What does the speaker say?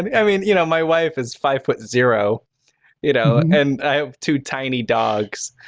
and i mean, you know, my wife is five foot zero you know, and i have two tiny dogs.